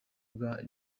bwa